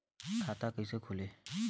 खाता कइसे खुली?